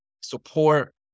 support